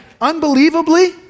Unbelievably